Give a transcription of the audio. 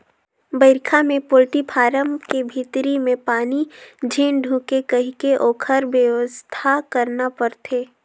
बइरखा में poultry farm के भीतरी में पानी झेन ढुंके कहिके ओखर बेवस्था करना परथे